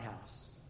House